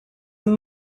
and